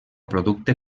producte